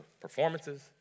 performances